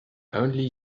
only